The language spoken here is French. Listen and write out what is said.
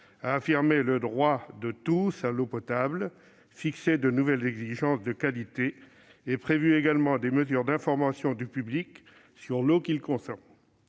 a affirmé le droit de tous à l'eau potable, fixé de nouvelles exigences de qualité et prévu également des mesures d'information du public sur l'eau qu'il consomme.